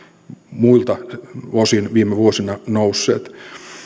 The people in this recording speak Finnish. muilta osin viime vuosina nousseet